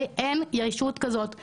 אין ישות כזאת היום.